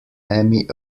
emmy